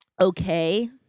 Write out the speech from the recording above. Okay